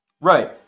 Right